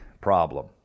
problem